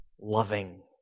loving